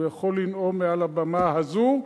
והוא יכול לנאום מעל הבמה הזו בערבית.